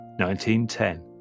1910